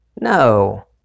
No